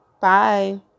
Bye